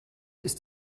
ist